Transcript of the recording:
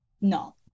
No